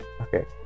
Okay